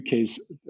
UK's